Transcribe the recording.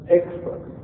expert